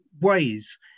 ways